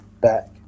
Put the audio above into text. back